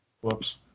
Whoops